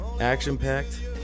action-packed